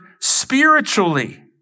spiritually